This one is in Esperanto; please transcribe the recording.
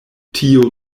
tio